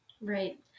Right